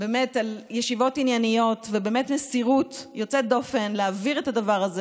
על ישיבות ענייניות ועל מסירות יוצאת דופן להעביר את הדבר הזה.